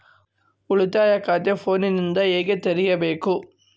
ಉಳಿತಾಯ ಖಾತೆ ಫೋನಿನಾಗ ಹೆಂಗ ತೆರಿಬೇಕು?